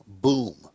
boom